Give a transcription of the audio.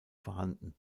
vorhanden